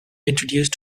introduced